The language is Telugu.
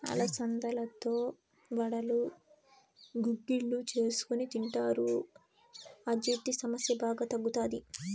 అలసందలతో వడలు, గుగ్గిళ్ళు చేసుకొని తింటారు, అజీర్తి సమస్య బాగా తగ్గుతాది